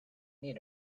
need